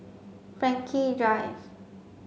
Frankel Drive